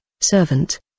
Servant